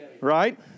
right